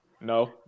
No